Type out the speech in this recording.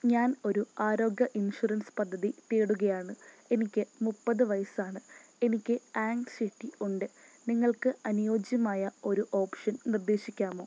ഞാൻ ഒരു ആരോഗ്യ ഇൻഷുറൻസ് പദ്ധതി തേടുകയാണ് എനിക്ക് മുപ്പത് വയസ്സാണ് എനിക്ക് ആങ്സിറ്റി ഉണ്ട് നിങ്ങൾക്ക് അനുയോജ്യമായ ഒരു ഓപ്ഷൻ നിർദ്ദേശിക്കാമോ